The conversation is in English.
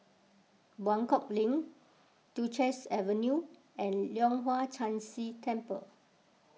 Buangkok Link Duchess Avenue and Leong Hwa Chan Si Temple